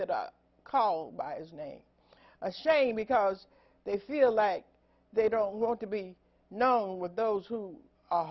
that are called by his name a shame because they feel like they don't want to be known with those who are